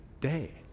day